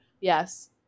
Yes